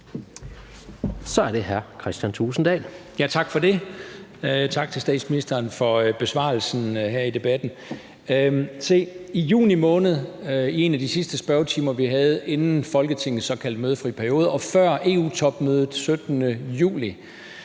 Dahl. Kl. 22:15 Kristian Thulesen Dahl (DF): Tak for det. Tak til statsministeren for besvarelsen her i debatten. Se, i juni måned i en af de sidste spørgetimer, vi havde, inden Folketingets såkaldte mødefri periode og før EU-topmødet den 17. juli,